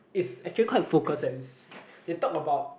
it's actually quite focused as they talk about